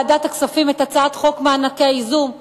לא לחינם אימצה ועדת הכספים את הצעת חוק מענקי איזון שיזמנו,